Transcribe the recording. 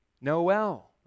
Noel